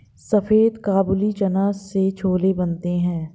सफेद काबुली चना से छोले बनते हैं